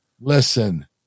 listen